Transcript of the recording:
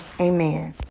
Amen